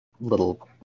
little